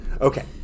okay